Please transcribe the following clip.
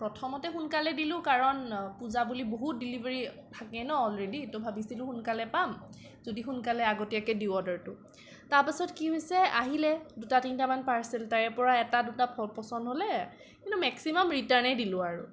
প্ৰথমতে সোনকালে দিলোঁ কাৰণ পূজা বুলি বহুত ডেলিভাৰী থাকে ন অলৰেডি ত' ভাবিছিলোঁ সোনকালে পাম যদি সোনকালে আগতীয়াকৈ দিওঁ অৰ্ডাৰটো তাৰপাছত কি হৈছে আহিলে দুটা তিনটামান পাৰ্চেল তাৰে পৰা এটা দুটা পচন্দ হ'লে কিন্তু মেক্সচিমাম ৰিটাৰ্ণেই দিলোঁ আৰু